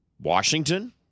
Washington